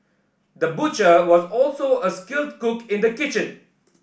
the butcher was also a skilled cook in the kitchen